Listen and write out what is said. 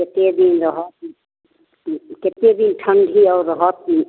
कते दिन रहत कते दिन ठण्डी आओर रहत ई